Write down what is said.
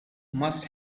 must